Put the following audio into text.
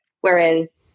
Whereas